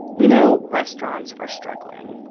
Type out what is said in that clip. we know restaurants are struggling.